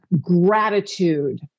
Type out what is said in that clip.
gratitude